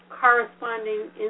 corresponding